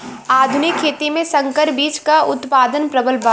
आधुनिक खेती में संकर बीज क उतपादन प्रबल बा